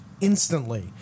instantly